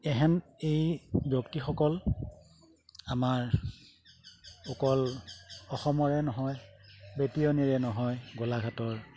এই হেন এই ব্যক্তিসকল আমাৰ অকল অসমৰে নহয় বেটীয়নীৰে নহয় গোলাঘাটৰ